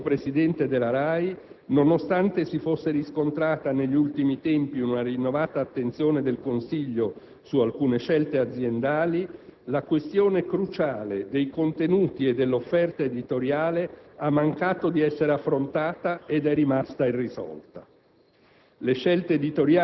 Come attestato dallo stesso presidente della RAI, nonostante si fosse riscontrata negli ultimi tempi una rinnovata attenzione del Consiglio su alcune scelte aziendali, la questione cruciale dei contenuti e dell'offerta editoriale ha mancato di essere affrontata ed è rimasta irrisolta: